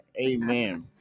Amen